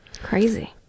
Crazy